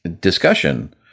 discussion